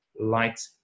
light